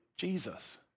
Jesus